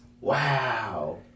Wow